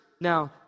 now